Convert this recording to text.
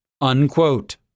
unquote